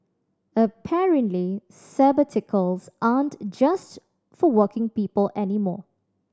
apparently sabbaticals aren't just for working people anymore